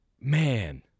Man